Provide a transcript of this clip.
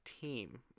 team